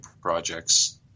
projects